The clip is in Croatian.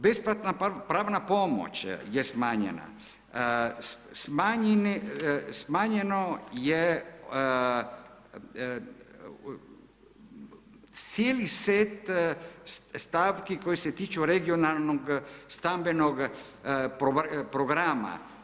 Besplatna pravna pomoć je smanjena, smanjeno je cijeli set stavki koje se tiču regionalnog, stambenog programa.